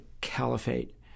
caliphate